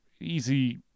easy